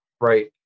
right